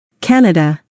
Canada